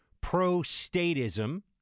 pro-statism